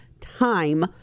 time